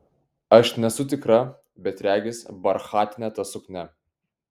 aš nesu tikra bet regis barchatinė ta suknia